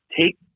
take